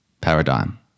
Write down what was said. paradigm